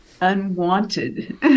unwanted